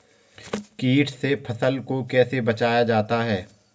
कीट से फसल को कैसे बचाया जाता हैं?